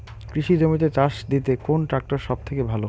কৃষি জমিতে চাষ দিতে কোন ট্রাক্টর সবথেকে ভালো?